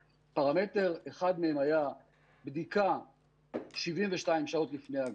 שפרמטר אחד מהם היה בדיקה 72 שעות לפני ההגעה,